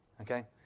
Okay